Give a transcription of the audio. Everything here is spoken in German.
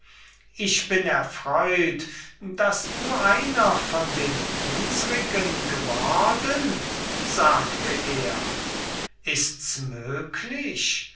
ich bin erfreut daß du einer von den unsrigen geworden ists möglich